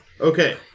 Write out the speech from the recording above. Okay